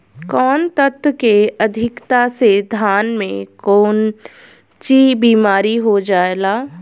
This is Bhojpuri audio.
कौन तत्व के अधिकता से धान में कोनची बीमारी हो जाला?